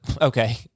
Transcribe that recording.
Okay